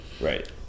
Right